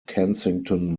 kensington